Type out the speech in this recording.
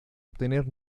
obtener